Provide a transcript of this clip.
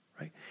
right